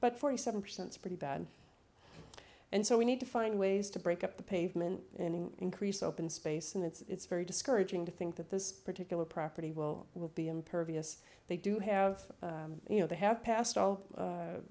but forty seven percent pretty bad and so we need to find ways to break up the pavement and increase open space and it's very discouraging to think that this particular property will will be impervious they do have you know they have passed